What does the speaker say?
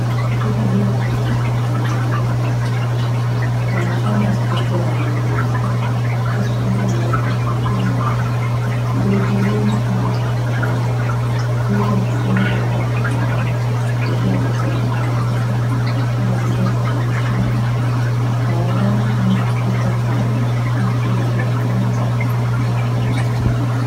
Mkulima huyu ana bidii sana. Ako na shamba kubwa ya ndizi. Na tunaona ameweza kuvuna ndizi nyingi sana za kijani. Ndizi za kijani zinaweza pikwa kwa njia tofauti tofauti, kama vile kuchemsha, kukaanga, au kupika kwa mchuzi wa nazi au nyama.